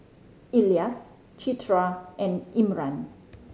Elyas Citra and Imran